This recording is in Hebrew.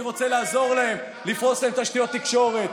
אני רוצה לעזור להם, לפרוס להם תשתיות תקשורת.